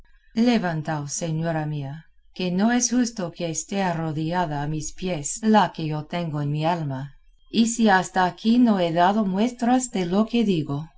diciéndole levantaos señora mía que no es justo que esté arrodillada a mis pies la que yo tengo en mi alma y si hasta aquí no he dado muestras de lo que digo